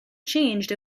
changed